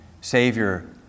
savior